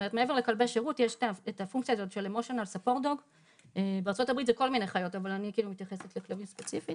מעבר לכלבי שירות יש את הפונקציה של Emotional Support Dog. בארצות הברית זה כל מיני חיות אבל אני מתייחסת לכלבים ספציפית